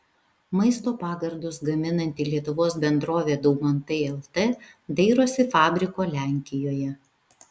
maisto pagardus gaminanti lietuvos bendrovė daumantai lt dairosi fabriko lenkijoje